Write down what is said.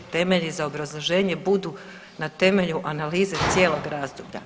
Temelji za obrazloženje budu na temelju analize cijelog razdoblja.